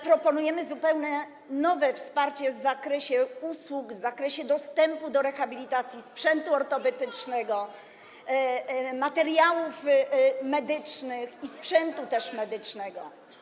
Proponujemy zupełne nowe wsparcie w zakresie usług, w zakresie dostępu do rehabilitacji, sprzętu ortopedycznego, materiałów medycznych i sprzętu medycznego.